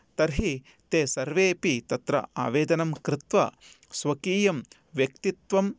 तर्हि ते सर्वेपि तत्र आवेदनं कृत्वा स्वकीयं व्यक्तित्वं